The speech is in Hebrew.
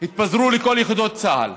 הם התפזרו לכל יחידות צה"ל.